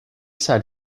side